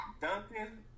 Duncan